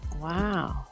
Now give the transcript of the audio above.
Wow